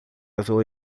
azul